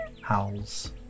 howls